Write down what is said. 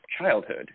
childhood